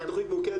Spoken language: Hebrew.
אגב,